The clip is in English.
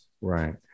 Right